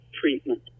treatment